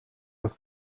was